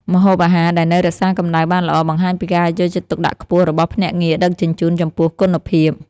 ម្ហូបអាហារដែលនៅរក្សាកម្ដៅបានល្អបង្ហាញពីការយកចិត្តទុកដាក់ខ្ពស់របស់ភ្នាក់ងារដឹកជញ្ជូនចំពោះគុណភាព។